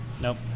Nope